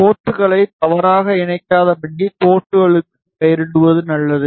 போர்ட்களை தவறாக இணைக்காதபடி போர்ட்களுக்கு பெயரிடுவது நல்லது